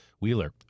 Wheeler